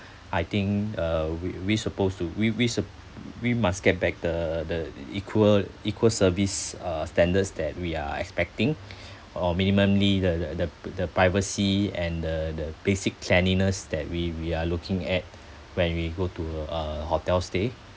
I think uh we we supposed to we we sup~ we must get back the the equal equal service uh standards that we are expecting or minimumly the the the p~ the privacy and the the basic cleanliness that we we are looking at when we go to a hotel stay